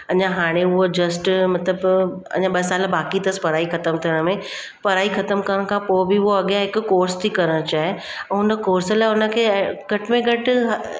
अञा हाणे हूअ जस्ट मतिलबु अञा ॿ साल बाक़ी अथसि पढ़ाई ख़तम थियण में पढ़ाई ख़तमु करण खां पोइ बि उहो अॻियां हिकु कोर्स थी करण चाहे उहो हुन कोर्स लाइ हुन खे ऐं घटि में घटि